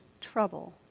trouble